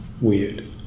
weird